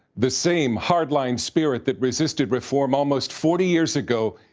the same hardline spirit that resisted reform almost forty years ago,